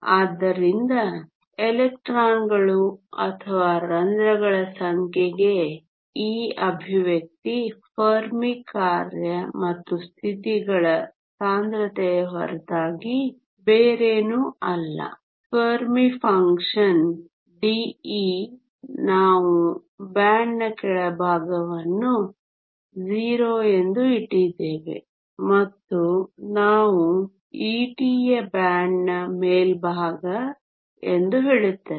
ಆದ್ದರಿಂದ ಎಲೆಕ್ಟ್ರಾನ್ಗಳು ಅಥವಾ ರಂಧ್ರಗಳ ಸಂಖ್ಯೆಗೆ ಈ ಎಕ್ಸ್ಪ್ರೆಶನ್ ಫೆರ್ಮಿ ಕಾರ್ಯ ಮತ್ತು ಸ್ಥಿತಿಗಳ ಸಾಂದ್ರತೆಯ ಹೊರತಾಗಿ ಬೇರೇನೂ ಅಲ್ಲ ಫೆರ್ಮಿ ಫಂಕ್ಷನ್ dE ನಾವು ಬ್ಯಾಂಡ್ನ ಕೆಳಭಾಗವನ್ನು 0 ಎಂದು ಇಟ್ಟಿದ್ದೇವೆ ಮತ್ತು ನಾವು ET ಯು ಬ್ಯಾಂಡ್ನ ಮೇಲ್ಭಾಗ ಎಂದು ಹೇಳುತ್ತೇವೆ